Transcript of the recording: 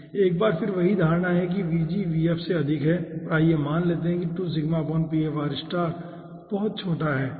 एक बार फिर वही धारणा है कि से अधिक है और आइए मान लें कि बहुत छोटा है ठीक है